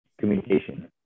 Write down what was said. communication